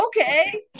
okay